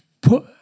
put